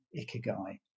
ikigai